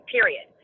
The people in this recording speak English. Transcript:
Period